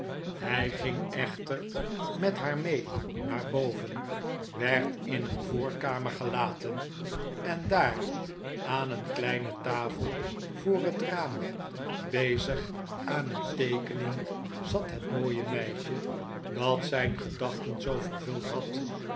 hij ging echter met haar mee naar boven werd in een voorkamer gelaten en daar aan een kleine tafel voor het raam bezig aan een teekening zat het mooie meisje dat zijn gedachten zoo vervuld had